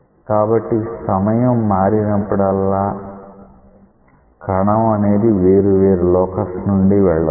కాబట్టి సమయం మారినప్పుడల్లా కణం అనేది వేరు వేరు లోకస్ నుండి వెళ్ళవచ్చు